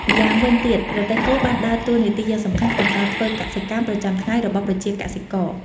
ម្យ៉ាងវិញទៀត រទេះគោបានដើរតួនាទីយ៉ាងសំខាន់ក្នុងការធ្វើកសិកម្មប្រចាំថ្ងៃរបស់ប្រជាកសិករ។